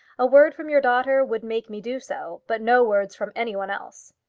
a word from your daughter would make me do so, but no words from any one else.